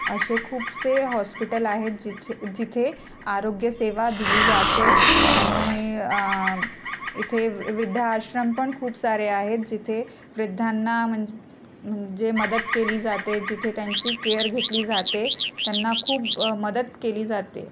असे खूपसे हॉस्पिटल आहेत जिथे जिथे आरोग्यसेवा दिली जाते आणि इथे वृद्धाश्रम पण खूप सारे आहेत जिथे वृद्धांना म्हंज म्हणजे मदत केली जाते जिथे त्यांची केअर घेतली जाते त्यांना खूप मदत केली जाते